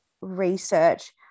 research